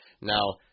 Now